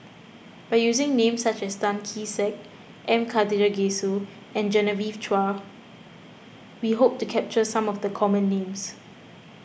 by using names such as Tan Kee Sek M Karthigesu and Genevieve Chua we hope to capture some of the common names